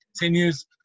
continues